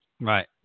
Right